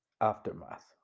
Aftermath